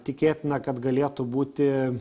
tikėtina kad galėtų būti